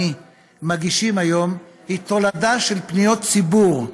מגישים היום היא תולדה של פניות ציבור,